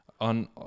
on